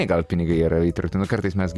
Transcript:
gal pinigai yra įtartina kartais mes